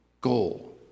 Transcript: goal